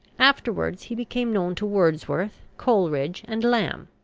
afterwards he became known to wordsworth, coleridge, and lamb.